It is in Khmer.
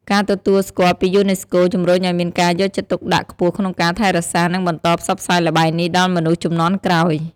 ការទទួលស្គាល់ពីយូណេស្កូ ជំរុញឱ្យមានការយកចិត្តទុកដាក់ខ្ពស់ក្នុងការថែរក្សា និងបន្តផ្សព្វផ្សាយល្បែងនេះដល់មនុស្សជំនាន់ក្រោយ។